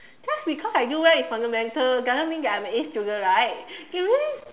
just because like I do well in fundamental doesn't mean that I'm a A student right you really